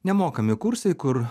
nemokami kursai kur